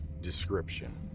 Description